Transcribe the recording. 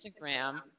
Instagram